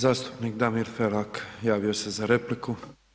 Zastupnik Damir Felak javio se za repliku.